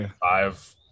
five